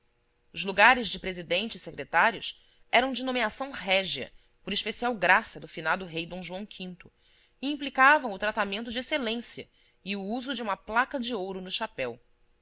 os lugares de presidente e secretários eram de nomeação régia por especial graça do finado rei dom joão v e implicavam o tratamento de excelência e o uso de uma placa de ouro no chapéu